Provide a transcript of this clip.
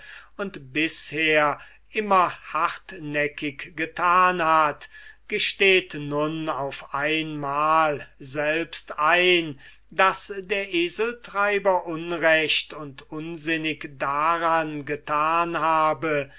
und bisher immer hartnäckig getan hat gesteht nun auf einmal selbst ein daß der eseltreiber unrecht und unsinnig daran getan habe